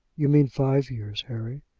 you mean five years, harry.